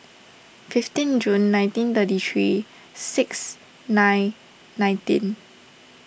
fifteen June nineteen thirty three six nine nineteen